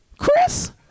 Chris